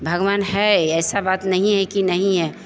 भगवान है ऐसा बात नहीं है कि नहीं है